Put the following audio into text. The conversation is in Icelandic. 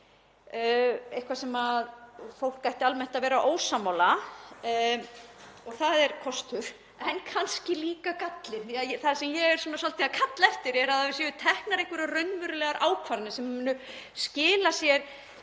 ekkert sem fólk ætti almennt að vera ósammála. Það er kostur en kannski líka galli því það sem ég er svolítið að kalla eftir er að það séu teknar einhverjar raunverulegar ákvarðanir sem munu skila sér